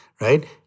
right